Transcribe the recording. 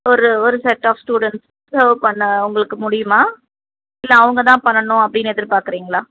ஒரு ஒரு set of students serve பண்ண உங்களுக்கு முடியுமா இல்லை அவங்கதான் பண்ணணும் அப்படின்னு எதிர்பார்க்குறீங்களா